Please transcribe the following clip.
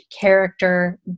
character